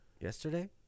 Yesterday